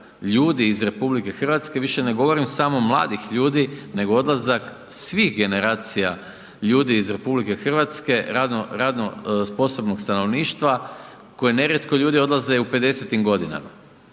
ljudi iz RH, više ne govorim samo mladih ljudi, nego odlazak svih generacija ljudi iz RH, radno sposobnog stanovništva, koje nerijetko ljudi odlaze i u 50-im godinama.